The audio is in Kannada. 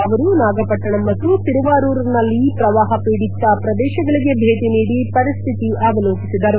ಅವರು ನಾಗಪಟ್ಟಣಂ ಮತ್ತು ತಿರುವಾರೂರ್ನಲ್ಲಿ ಪ್ರವಾಹ ಪೀಡಿತ ಪ್ರದೇಶಗಳಿಗೆ ಭೇಟಿ ನೀಡಿ ಪರಿಸ್ಥಿತಿ ಅವಲೋಕಿಸಿದರು